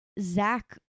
Zach